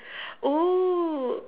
oh